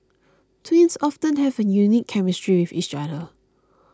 twins often have a unique chemistry with each other